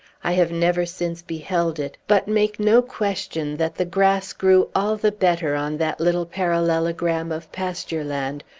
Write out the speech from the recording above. i have never since beheld it, but make no question that the grass grew all the better, on that little parallelogram of pasture land,